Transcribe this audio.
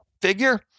figure